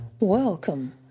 Welcome